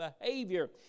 behavior